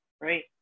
Right